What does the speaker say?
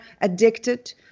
addicted